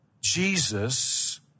Jesus